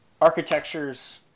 architectures